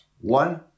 One